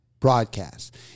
broadcast